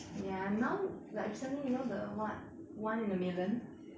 ya now like recently you know the what one in a million